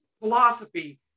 philosophy